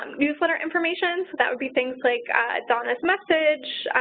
um newsletter information, so that would be things like donna's message,